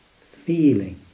feeling